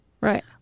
Right